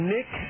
Nick